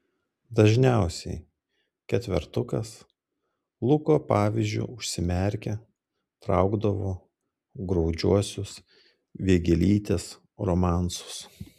dažniausiai ketvertukas luko pavyzdžiu užsimerkę traukdavo graudžiuosius vėgėlytės romansus